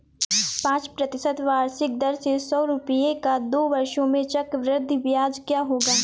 पाँच प्रतिशत वार्षिक दर से सौ रुपये का दो वर्षों में चक्रवृद्धि ब्याज क्या होगा?